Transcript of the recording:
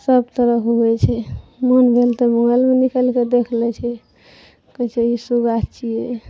सब तरहके होइ छै मोन भेल तऽ मोबाइलमे निकालि कए देख लै छै कहै छै ई सूगा छियै